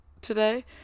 today